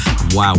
Wow